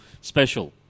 special